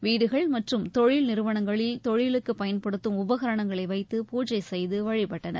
வீடுகள் மற்றும் தொழில் நிறுவனங்களில் தொழிலுக்கு பயன்படுத்தும் உபகரணங்களை வைத்து பூஜை செய்து வழிபட்டனர்